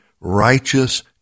righteous